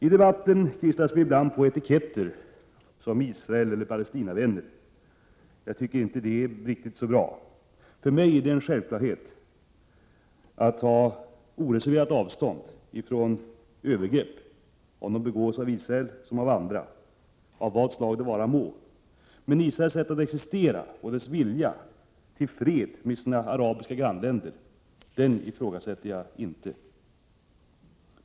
I debatten klistras vi ibland på etiketter som Israeleller Palestinavänner. Jag tycker inte att det är riktigt bra. För mig är det en självklarhet att oreserverat ta avstånd från övergrepp vare sig de begås av Israel eller andra och av vad slag de vara må. Men Israels rätt att existera och dess vilja till fred med sina arabiska grannländer ifrågasätter jag inte.